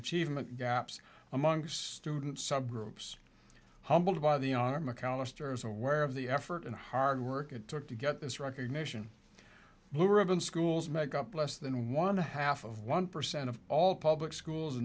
achievement gaps amongst students subgroups humbled by the r mcallister is aware of the effort and hard work it took to get this recognition blue ribbon schools make up less than one half of one percent of all public schools